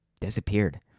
disappeared